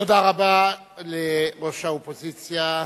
תודה רבה לראש האופוזיציה,